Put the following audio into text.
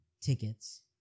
tickets